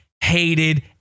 hated